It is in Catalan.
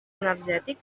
energètic